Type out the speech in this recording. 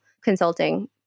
consulting